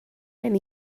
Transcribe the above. gen